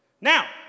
Now